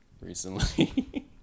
recently